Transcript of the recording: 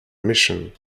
mission